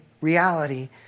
reality